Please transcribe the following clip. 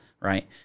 right